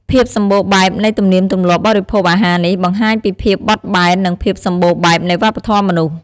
ភាពសម្បូរបែបនៃទំនៀមទម្លាប់បរិភោគអាហារនេះបង្ហាញពីភាពបត់បែន និងភាពសម្បូរបែបនៃវប្បធម៌មនុស្ស។